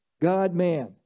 God-man